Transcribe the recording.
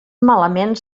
malament